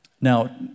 now